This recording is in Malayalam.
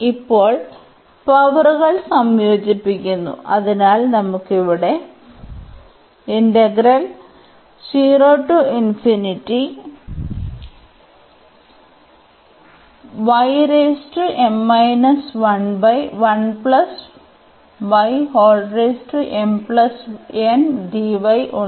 ഇപ്പോൾ പവറുകൾ സംയോജിപ്പിക്കുന്നു അതിനാൽ നമുക്ക് ഇവിടെ ഉണ്ട്